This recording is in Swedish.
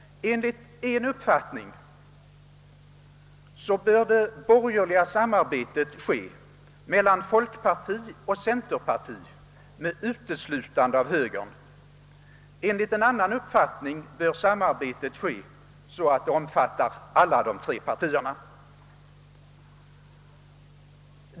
Enligt en uppfattning bör det borgerliga samarbetet ske mellan folkparti och centerparti med uteslutande av högern. Enligt en annan uppfattning bör samarbete ske så att det omfattar alla de tre partierna.